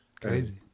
crazy